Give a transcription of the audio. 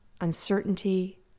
uncertainty